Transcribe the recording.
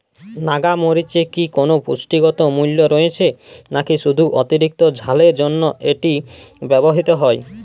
নাগা মরিচে কি কোনো পুষ্টিগত মূল্য রয়েছে নাকি শুধু অতিরিক্ত ঝালের জন্য এটি ব্যবহৃত হয়?